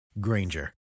Granger